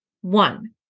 One